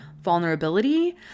vulnerability